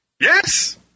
Yes